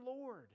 Lord